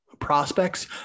prospects